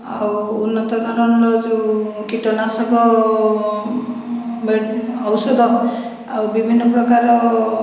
ଆଉ ଉନ୍ନତଧରଣର ଯେଉଁ କୀଟନାଶକ ଓ ଔଷଧ ଆଉ ବିଭିନ୍ନ ପ୍ରକାର